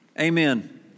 amen